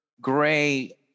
gray